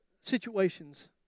situations